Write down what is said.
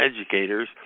educators